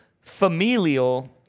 familial